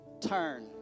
turn